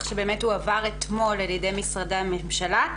שבאמת הועבר אתמול על ידי משרדי הממשלה,